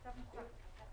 הישיבה ננעלה בשעה 14:47.